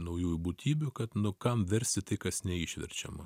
naujųjų būtybių kad nu kam versi tai kas neišverčiama